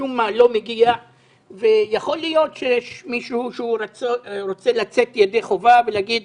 משום מה לא מגיע ויכול להיות שיש מישהו שרוצה לצאת ידי חובה ולהגיד